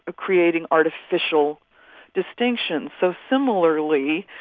ah creating artificial distinctions. so similarly,